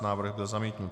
Návrh byl zamítnut.